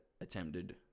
attempted